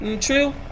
True